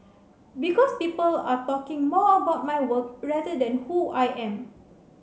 because people are talking more about my work rather than who I am